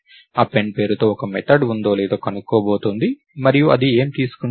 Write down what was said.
append పేరుతో ఒక method ఉందో లేదో కనుక్కోబోతోంది మరియు అది ఏమి తీసుకుంటుంది